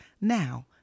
Now